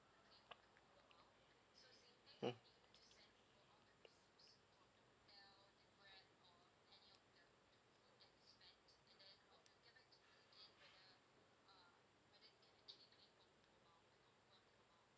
mm